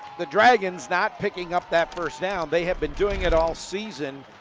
the dragons not picking up that first down they have been doing it all season,